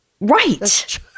Right